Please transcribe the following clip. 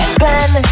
ben